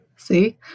See